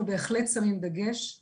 אנחנו בהחלט שמים דגש על